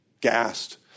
gassed